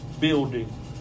building